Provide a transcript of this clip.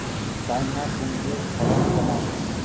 China কুঁদরীর ফলন কেমন?